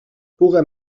puga